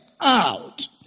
out